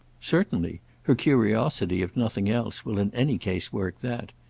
certainly. her curiosity, if nothing else, will in any case work that.